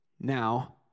now